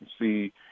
see